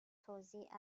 توزیع